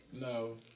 No